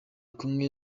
kumwe